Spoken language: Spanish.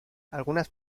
algunas